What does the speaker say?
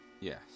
Yes